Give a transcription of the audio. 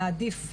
נעדיף,